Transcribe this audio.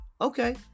okay